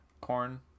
corn